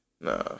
Nah